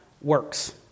works